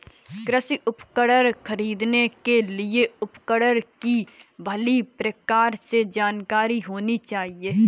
कृषि उपकरण खरीदने के लिए उपकरण की भली प्रकार से जानकारी होनी चाहिए